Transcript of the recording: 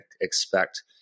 expect